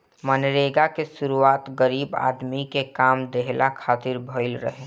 मनरेगा के शुरुआत गरीब आदमी के काम देहला खातिर भइल रहे